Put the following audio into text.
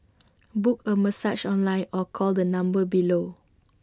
book A massage online or call the number below